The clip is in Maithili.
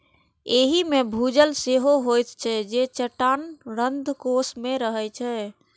एहि मे भूजल सेहो होइत छै, जे चट्टानक रंध्रकोश मे रहै छै